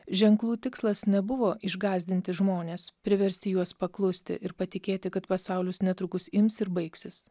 ženklų tikslas nebuvo išgąsdinti žmones priversti juos paklusti ir patikėti kad pasaulis netrukus ims ir baigsis